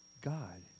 God